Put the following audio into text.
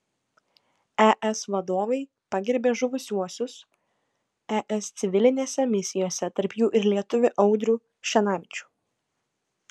es vadovai pagerbė žuvusiuosius es civilinėse misijose tarp jų ir lietuvį audrių šenavičių